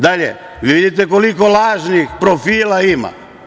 Dalje, vi vidite koliko lažnih profila ima.